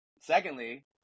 secondly